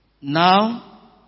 Now